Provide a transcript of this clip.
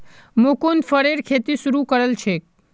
मुकुन्द फरेर खेती शुरू करल छेक